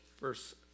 Verse